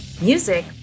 Music